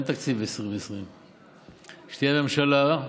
אין תקציב 2020. כשתהיה ממשלה,